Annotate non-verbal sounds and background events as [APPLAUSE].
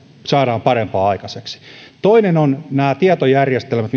saadaan parempaa aikaiseksi kaksi nämä tietojärjestelmät [UNINTELLIGIBLE]